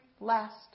last